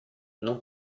non